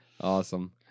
Awesome